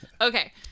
Okay